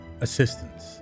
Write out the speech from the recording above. assistance